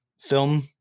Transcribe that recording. film